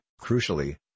crucially